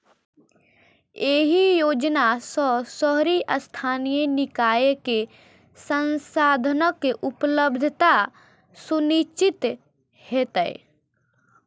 एहि योजना सं शहरी स्थानीय निकाय कें संसाधनक उपलब्धता सुनिश्चित हेतै